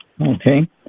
Okay